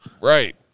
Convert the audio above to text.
right